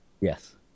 Yes